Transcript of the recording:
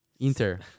Inter